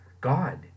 God